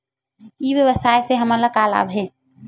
ई व्यवसाय से हमन ला का लाभ हे?